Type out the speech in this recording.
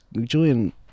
Julian